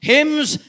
Hymns